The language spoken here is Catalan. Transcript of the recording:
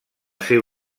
ser